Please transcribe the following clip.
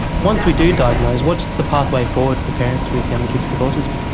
once we do diagnose, what's the pathway forward for parents with young kids with autism?